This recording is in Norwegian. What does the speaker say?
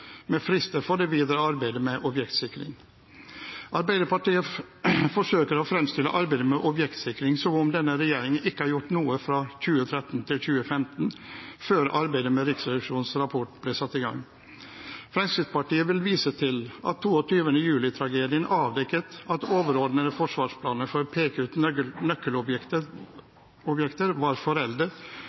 med frister for det videre arbeidet med objektsikring. Når det gjelder arbeidet med objektsikring, forsøker Arbeiderpartiet å fremstille det som om denne regjeringen ikke har gjort noe fra 2013 til 2015, før arbeidet med Riksrevisjonens rapport ble satt i gang. Fremskrittspartiet vil vise til at 22. juli-tragedien avdekket at overordnede forsvarsplaner for å peke ut nøkkelobjekter var